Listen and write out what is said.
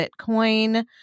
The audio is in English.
Bitcoin